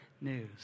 news